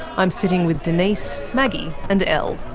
i'm sitting with denise, maggie and elle.